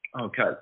Okay